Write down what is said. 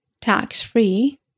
tax-free